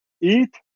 eat